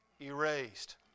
erased